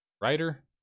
writer